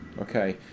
okay